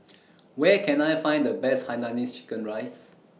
Where Can I Find The Best Hainanese Chicken Rice